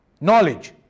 knowledge